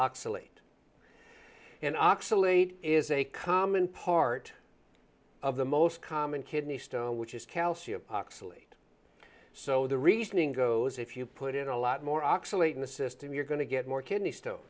oxalate and oxalate is a common part of the most common kidney stone which is calcium oxalate so the reasoning goes if you put in a lot more oxalate in the system you're going to get more kidney stone